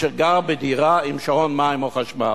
שגר בדירה עם שעון מים או שעון חשמל,